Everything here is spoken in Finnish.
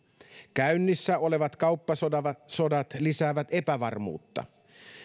käynnissä olevat kauppasodat lisäävät epävarmuutta